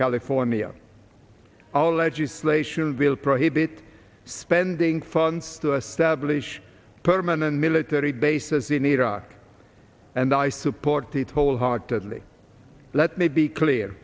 california our legislation will prohibit spending funds to establish permanent military bases in iraq and i support it wholeheartedly let me be clear